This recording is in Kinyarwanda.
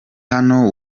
hano